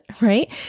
right